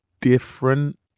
different